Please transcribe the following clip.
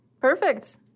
Perfect